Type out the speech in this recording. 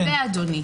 זה כרוך בזה, אדוני.